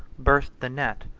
burst the net,